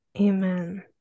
Amen